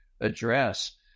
address